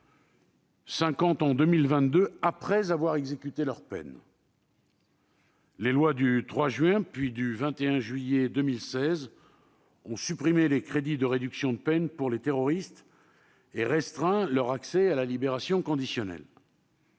50 en 2022, après avoir exécuté leur peine. Les lois du 3 juin et du 21 juillet 2016 ont supprimé les crédits de réduction de peine pour les terroristes et restreint leur accès à la libération conditionnelle,